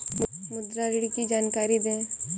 मुद्रा ऋण की जानकारी दें?